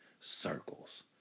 circles